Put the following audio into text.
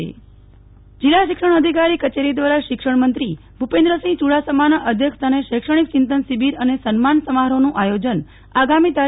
નેહલ ઠક્કર ભુજ શૈક્ષણિક ચિંતન શિબિર જિલ્લા શિક્ષણાધિકારી કચેરી દ્વારા શિક્ષણમંત્રી ભૂપેન્દ્રસિંહ ચુડાસમાના અધ્યક્ષસ્થાને શૈક્ષણિક ચિંતન શિબિર અને સન્માન સમારોહનું આયોજન આગામી તા